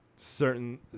certain